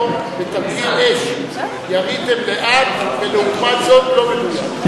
בתרגיל אש: יריתם לאט ולעומת זאת לא מדויק.